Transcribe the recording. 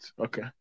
Okay